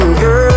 girl